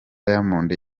diamond